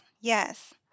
Yes